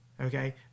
okay